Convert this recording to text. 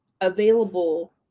available